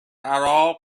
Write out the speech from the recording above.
عراق